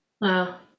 Wow